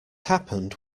happened